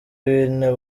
w’intebe